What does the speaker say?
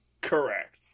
Correct